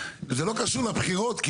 חדשות או שהן לא קשורות לסיעות היוצאות